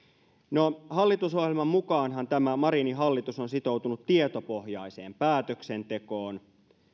no hallitusohjelman mukaanhan tämä marinin hallitus on sitoutunut tietopohjaiseen päätöksentekoon